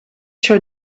show